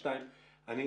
שניים,